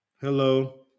Hello